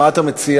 מה אתה מציע?